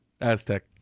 Aztec